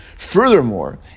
Furthermore